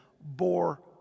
bore